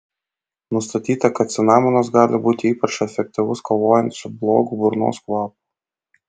nustatyta kad cinamonas gali būti ypač efektyvus kovojant su blogu burnos kvapu